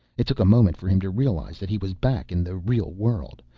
it took a moment for him to realize that he was back in the real world.